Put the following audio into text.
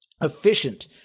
efficient